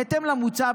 בהתאם למוצע,